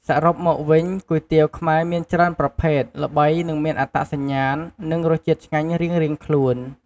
សរុបមកវិញ គុយទាវខ្មែរមានច្រើនប្រភេទ ល្បី និងមានអត្តសញ្ញាណ និងរសជាតិឆ្ងាញ់រៀងៗខ្លួន។